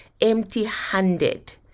empty-handed